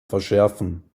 verschärfen